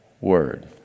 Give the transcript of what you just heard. word